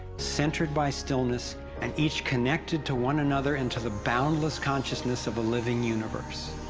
centered by stillness and each connected to one another into the boundless consciousness of a living universe.